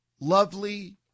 lovely